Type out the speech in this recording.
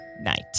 night